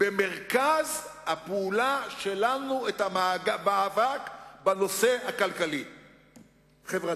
במרכז הפעולה שלנו את המאבק בנושא הכלכלי-החברתי.